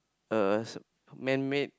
a man made